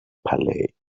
palate